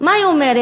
מה היא אומרת?